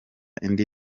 indi